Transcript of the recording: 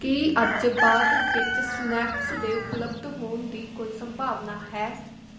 ਕੀ ਅੱਜ ਬਾਅਦ ਵਿੱਚ ਸਨੈਕਸ ਦੇ ਉਪਲੱਬਧ ਹੋਣ ਦੀ ਕੋਈ ਸੰਭਾਵਨਾ ਹੈ